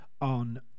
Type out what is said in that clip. on